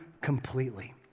completely